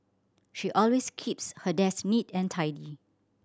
she always keeps her desk neat and tidy